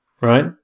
right